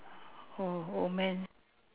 oh old man